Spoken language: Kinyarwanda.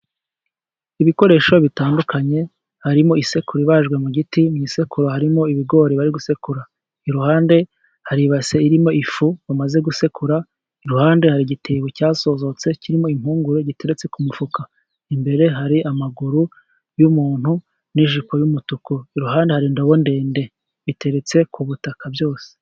Ibikoresho bitandukanye harimo isekuru ibajwe mu giti mu isekuru harimo ibigori bari gusekura, iruhande hari ibase irimo ifu bamaze gusekura, iruhande hari igitebo cyasozotse kirimo impungure giteretse ku mufuka. Imbere hari amaguru y'umuntu n'ijipo y'umutuku, iruhande hari indobo ndende biteretse ku butaka byose.